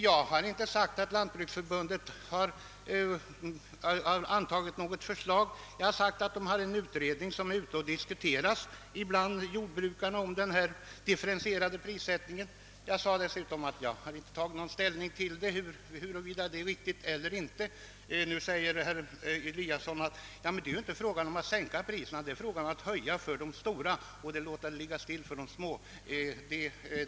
Jag har inte sagt att Lantbruksförbundet har antagit något förslag. Jag har nämnt att förbundet har igångsatt en utredning och att frågan om den differentierade prissättningen diskuteras bland jordbrukarna. Jag har dessutom sagt att jag inte tagit någon ställning till huruvida det är riktigt att ha en sådan prissättning eller inte. Herr Eliasson säger att det inte är fråga om att sänka priserna utan att höja för de stora och att låta priserna för de små vara oförändrade.